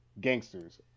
gangsters